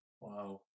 Wow